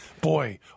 Boy